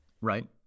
Right